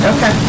Okay